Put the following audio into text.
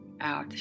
out